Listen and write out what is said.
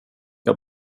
jag